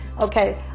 Okay